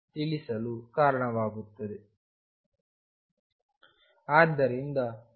ಆದ್ದರಿಂದ ಇದನ್ನು ಈಗ ಬರೆಯೋಣ